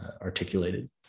articulated